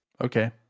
Okay